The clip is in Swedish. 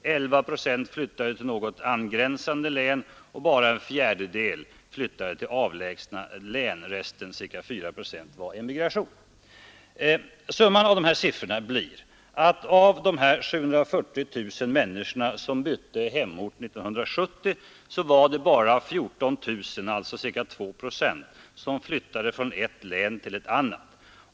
11 procent flyttade till något angränsande län, och bara 1/4 flyttade till avlägsna län. Resten — ca 4 procent — var emigration. Summan av dessa siffror blir att av de här 740 000 människorna som bytte hemort 1970 var det bara 14 000, alltså ca 2 procent, som flyttade från ett län till ett annat.